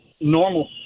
normal